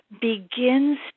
begins